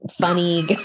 funny